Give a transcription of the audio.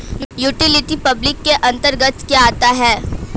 Utility public के अंतर्गत क्या आता है?